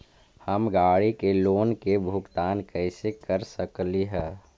हम गाड़ी के लोन के भुगतान कैसे कर सकली हे?